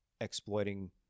exploiting